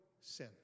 sin